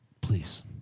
please